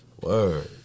Word